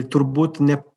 turbūt ne